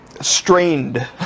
strained